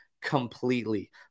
completely